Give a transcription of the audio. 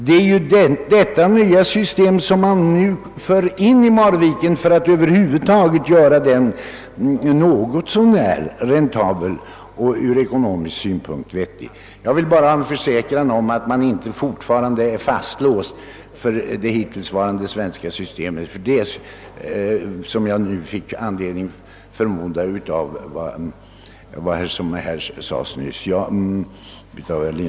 Man för ju nu in detta nya system i Marviken för att över huvud taget göra anläggningen något så när räntabel och från ekonomisk synpunkt vettig. Jag vill bara ha en försäkran om att man inte fortfarande är fastlåst vid det hittillsvarande svenska systemet, ty det är vad jag fick anledning att förmoda efter vad herr Lindholm nyss sade.